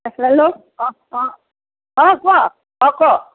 আচ্ছা হেল্ল' অঁ অঁ অঁ কোৱা অঁ কওক